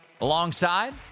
Alongside